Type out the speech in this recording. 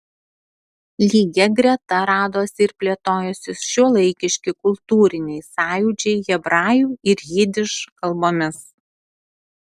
lygia greta radosi ir plėtojosi šiuolaikiški kultūriniai sąjūdžiai hebrajų ir jidiš kalbomis